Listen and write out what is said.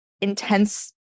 intense